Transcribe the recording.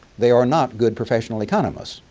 they are not good professional economists.